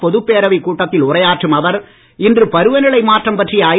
பொதுப் பேரவைக் கூட்டத்தில் உரையாற்றும் அவர் இன்று பருவநிலை மாற்றம் பற்றிய ஐ